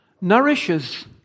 nourishes